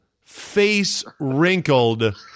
face-wrinkled